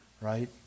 Right